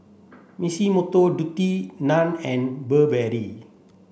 Massimo Dutti Nan and Burberry